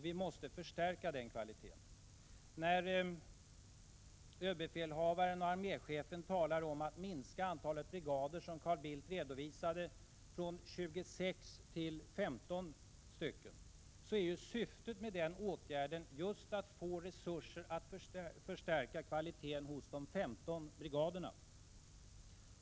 Vi måste förstärka dess kvalitet. När överbefälhavaren och arméchefen talar om att minska antalet brigader, som Carl Bildt redovisade, från 26 till 15 är syftet med den åtgärden just att få resurser för att förstärka kvaliteten hos de 15 brigaderna.